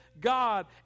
God